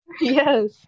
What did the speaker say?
Yes